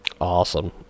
Awesome